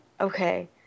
Okay